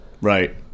Right